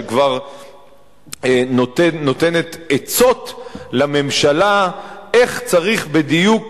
שכבר נותנת עצות לממשלה איך צריך בדיוק